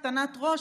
איזו הקטנת ראש,